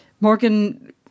Morgan